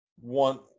one